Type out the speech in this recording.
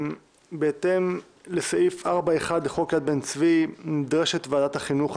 "בהתאם לסעיף 4(1) לחוק יד בן-צבי נדרשת ועדת החינוך,